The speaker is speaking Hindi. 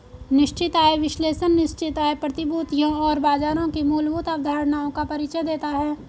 निश्चित आय विश्लेषण निश्चित आय प्रतिभूतियों और बाजारों की मूलभूत अवधारणाओं का परिचय देता है